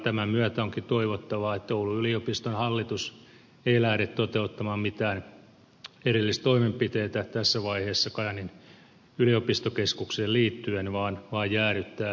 tämän myötä onkin toivottavaa että oulun yliopiston hallitus ei lähde toteuttamaan mitään erillistoimenpiteitä tässä vaiheessa kajaanin yliopistokeskukseen liittyen vaan jäädyttää suunnitellut toimenpiteet